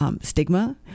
Stigma